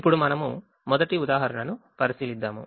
ఇప్పుడు మనము మొదటి ఉదాహరణను పరిశీలిద్దాము